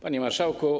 Panie Marszałku!